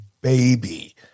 baby